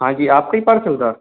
ہاں جی آپ کا ہی پارسل تھا